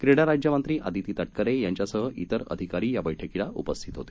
क्रीडा राज्यमंत्री आदिती तटकरे यांच्यासह इतर अधिकारी या बैठकीला उपस्थित होते